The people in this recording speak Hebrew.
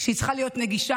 והיא צריכה להיות נגישה,